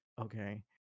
okay